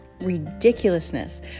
ridiculousness